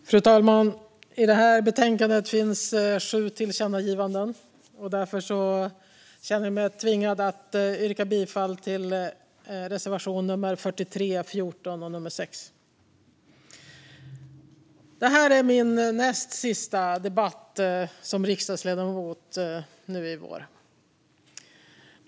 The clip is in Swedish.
Fru talman! I detta betänkande finns förslag om sju tillkännagivanden. Därför känner jag mig tvungen att yrka bifall till reservationerna 6, 14 och 43. Detta är min näst sista debatt som riksdagsledamot nu i vår.